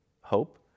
hope